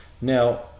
Now